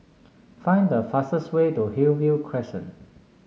find the fastest way to Hillview Crescent